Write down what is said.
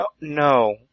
no